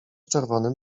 czerwonym